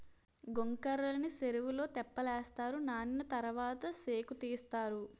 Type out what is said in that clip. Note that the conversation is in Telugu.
గొంకర్రలని సెరువులో తెప్పలేస్తారు నానిన తరవాత సేకుతీస్తారు